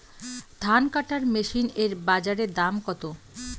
ধান কাটার মেশিন এর বাজারে দাম কতো?